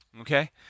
Okay